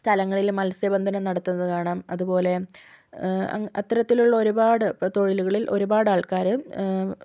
സ്ഥലങ്ങളിൽ മത്സ്യബന്ധനം നടത്തുന്നത് കാണാം അതുപോലെ അത്തരത്തിലുള്ള ഒരുപാട് തൊഴിലുകളിൽ ഒരുപാടാൾക്കാർ